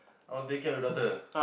I want take care of the daughter